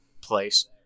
place